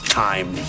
time